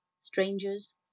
strangers